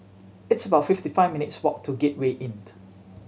it's about fifty five minutes' walk to Gateway Inn